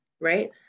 right